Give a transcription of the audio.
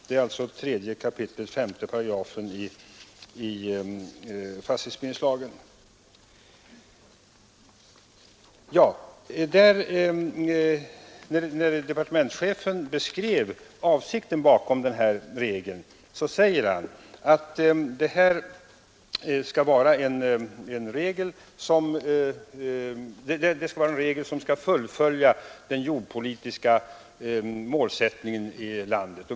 Texten står att läsa i 3 kap., 5 § fastighetsbildningslagen. När departementschefen beskrev avsikten bakom denna regel sade han att det skall vara en regel som fullföljer den jordpolitiska målsättningen i landet.